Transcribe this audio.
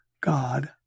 God